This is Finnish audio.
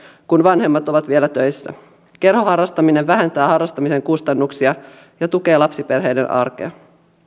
kun vanhemmat ovat vielä töissä kerhoharrastaminen vähentää harrastamisen kustannuksia ja tukee lapsiperheiden arkea